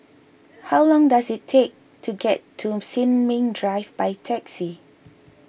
how long does it take to get to Sin Ming Drive by taxi